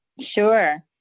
Sure